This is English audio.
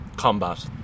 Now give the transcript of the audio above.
combat